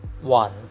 one